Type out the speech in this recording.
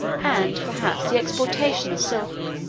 and, perhaps, the exportation, of silk.